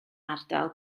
ardal